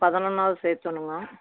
பதினொன்றாவது சேர்க்கணுங்க